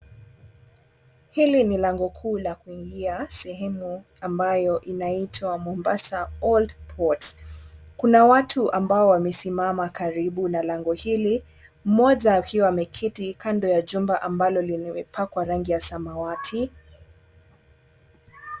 Hili ni lango kuu la kuingia kwenye sehemu ambayo inaitwa Mombasa Old Port kuna watu ambao wamesimama karibu na lango hili mmoja akiwa ameketi kando ya jumba ambalo limepakwa rangi ya samawati.